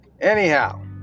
Anyhow